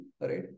right